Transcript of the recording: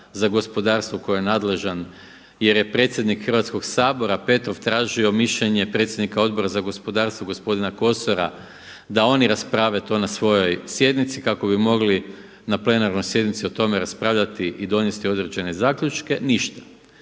za gospodarstvo koji je nadležan jer je predsjednik Hrvatskoga sabora Petrov tražio mišljenje predsjednika Odbora za gospodarstvo gospodina Kosora da oni rasprave to na svojoj sjednici kako bi mogli na plenarnoj sjednici o tome raspravljati i donijeti određene zaključke ništa.